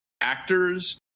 actors